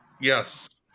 yes